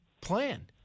plan